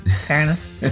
fairness